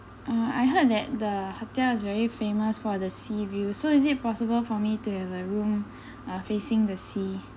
uh I heard that the hotel is very famous for the sea view so is it possible for me to have a room uh facing the sea